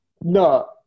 No